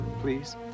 Please